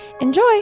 Enjoy